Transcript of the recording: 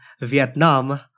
Vietnam